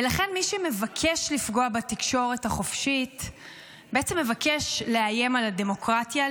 ולכן מי שמבקש לפגוע בתקשורת החופשית בעצם מבקש לאיים על הדמוקרטיה.